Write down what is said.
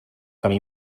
camí